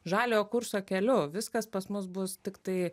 žaliojo kurso keliu viskas pas mus bus tiktai